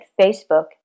Facebook